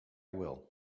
will